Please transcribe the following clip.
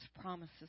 promises